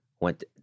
went